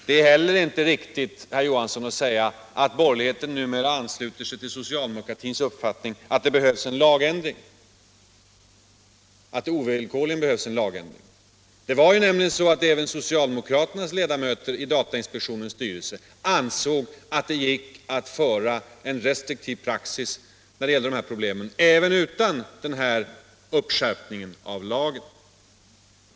Det är inte heller riktigt att säga att de borgerliga numera ansluter sig till socialdemokraternas uppfattning att det ovillkorligen behövs en lagändring. Även socialdemokraternas ledamöter i datainspektionens styrelse ansåg att det gick att föra en restriktiv praxis när det gällde de här problemen även utan en sådan här uppskärpning av lagen.